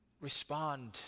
respond